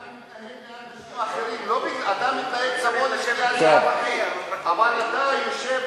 אתה מתנהג לאנשים אחרים, אתה מתנהג, אבל אתה יושב